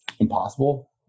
impossible